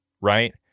right